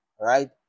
right